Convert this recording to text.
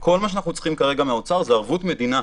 כל מה שאנחנו צריכים כרגע מהאוצר זה ערבות מדינה.